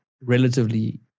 relatively